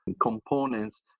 components